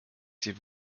sie